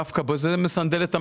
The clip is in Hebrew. דווקא זה מסנדל את המנהל.